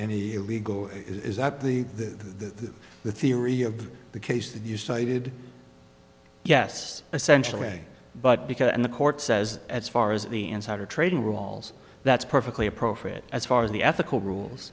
any illegal is that the the the theory of the case that you cited yes essential way but because the court says as far as the insider trading rules that's perfectly appropriate as far as the ethical rules